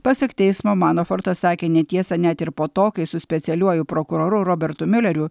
pasak teismo manafortas sakė netiesą net ir po to kai su specialiuoju prokuroru robertu mileriu